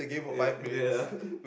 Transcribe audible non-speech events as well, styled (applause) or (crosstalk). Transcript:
eh yeah (laughs)